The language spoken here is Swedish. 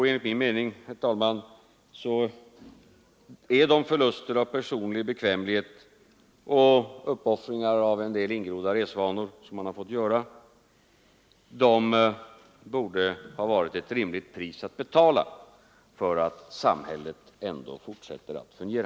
Enligt min mening, herr talman, borde de förluster av personlig bekvämlighet och uppoffringar av en del ingrodda resvanor som man har fått göra vara ett rimligt pris att betala för att samhället ändå fortsätter att fungera.